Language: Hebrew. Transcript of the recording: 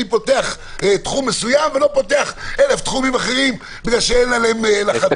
פותח תחום מסוים ולא פותח אלף תחומים אחרים כי אין להם לחץ.